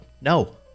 No